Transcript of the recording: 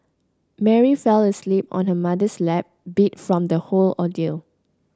Mary fell asleep on her mother's lap beat from the whole ordeal